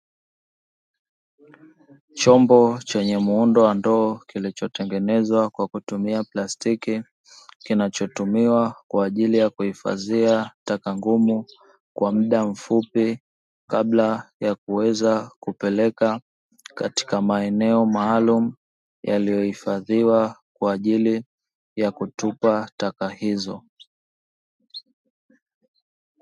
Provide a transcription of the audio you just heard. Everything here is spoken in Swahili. Chomba chenye muundo wa ndoo kilichotengenezwa kwa kutumia plastiki kinachotumiwa kwa ajili ya kuhufadhia taka ngumu kwa muda mfupi, kabla ya kuweza kupeleka katika maeneo maalumu yaliyohifadhiwa kwa ajili ya kutupa taka hizo.